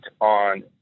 on